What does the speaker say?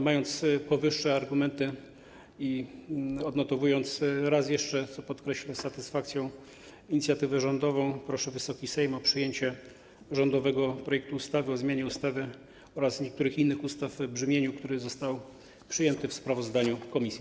Mając powyższe argumenty, odnotowując raz jeszcze, co podkreślę z satysfakcją, inicjatywę rządową, proszę Wysoki Sejm o przyjęcie rządowego projektu ustawy o zmianie ustawy o transporcie kolejowym oraz niektórych innych ustaw w brzmieniu, które zostało przyjęte w sprawozdaniu komisji.